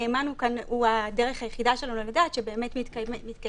הנאמן כאן הוא הדרך היחידה שלנו לדעת שבאמת מתקיימת